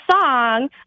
song